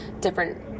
different